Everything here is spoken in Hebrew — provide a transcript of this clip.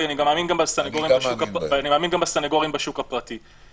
ואני מאמין גם בסנגורים בשוק הפרטי,